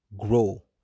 grow